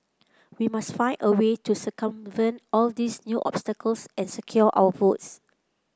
we must find a way to circumvent all these new obstacles and secure our votes